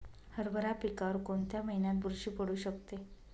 हरभरा पिकावर कोणत्या महिन्यात बुरशी पडू शकते?